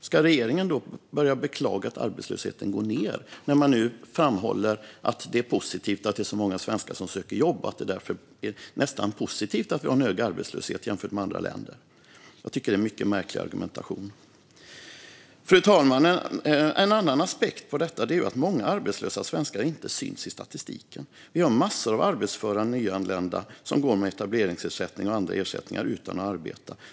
Ska regeringen då börja beklaga att arbetslösheten går ned, när man nu framhåller att det är positivt att det är så många svenskar som söker jobb och att det därför är nästan positivt att vi har en högre arbetslöshet jämfört med andra länder? Jag tycker att det är en mycket märklig argumentation. Fru talman! En annan aspekt på detta är att många arbetslösa svenskar inte syns i statistiken. Vi har massor av arbetsföra nyanlända som går med etableringsersättning och andra ersättningar utan att arbeta.